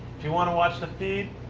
if you want to watch the feed,